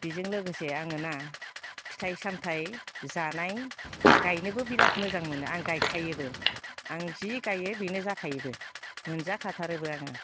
बेजों लोगोसे आङोना फिथाइ सामथाइ जानाय गायनोबो बिराद मोजां मोनो आं गायखायोबो आं जि गायो बेनो जाखायोबो मोनजाखाथारोबो आङो